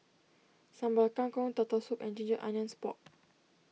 Sambal Kangkong Turtle Soup and Ginger Onions Pork